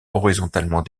horizontalement